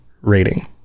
rating